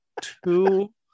two